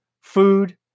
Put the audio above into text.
food